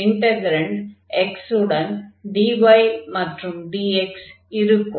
integrand x உடன் dy மற்றும் dx இருக்கும்